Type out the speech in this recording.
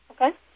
Okay